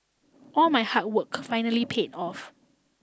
all my hard work finally paid off